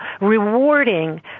rewarding